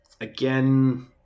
again